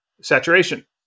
saturation